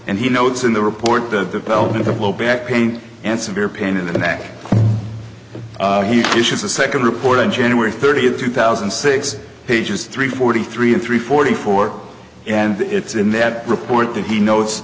and he notes in the report the development of low back pain and severe pain in the back issues the second report on january thirtieth two thousand and six pages three forty three and three forty four and it's in that report that he no